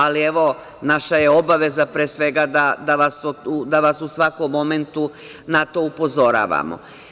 Ali, evo, naša je obaveza da vas u svakom momentu na to upozoravamo.